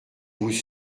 vous